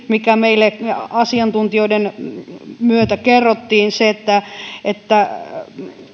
mikä meille asiantuntijoiden myötä kerrottiin että että